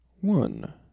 One